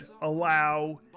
allow